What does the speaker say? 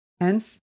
Hence